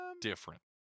Different